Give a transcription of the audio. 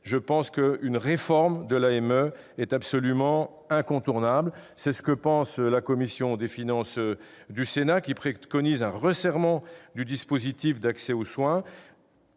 parlons, une réforme de l'AME est absolument incontournable. C'est ce que pense la commission des finances du Sénat, qui préconise un resserrement du dispositif d'accès aux soins